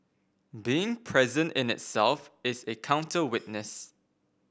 being present in itself is a counter witness